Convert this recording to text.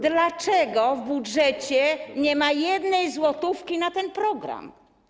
Dlaczego w budżecie nie ma ani jednej złotówki na ten program?